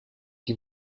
die